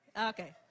Okay